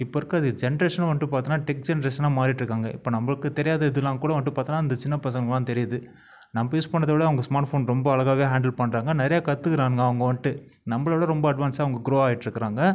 இப்போ இருக்கற ஜென்ரேஷனும் வந்துட்டு பார்த்தோம்னா திக் ஜென்ரேஷனா மாறிட்ருக்காங்க இப்போ நம்மளுக்கு தெரியாததுலாம் கூட வந்துட்டு பார்த்தோனா சின்ன பசங்களுக்லாம் தெரியுது நம்ம யூஸ் பண்ணுறத விட அவங்க ஸ்மார்ட் ஃபோன் ரொம்ப அழகாவே ஹாண்டில் பண்ணுறாங்க நிறைய கத்துக்றாங்க அவங்க வந்துட்டு நம்மள விட அவங்க அட்வான்ஸாக அவங்க க்ரோ ஆகிட்ருக்காங்க